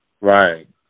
right